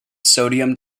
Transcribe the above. sodium